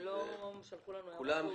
הם לא שלחו הערות.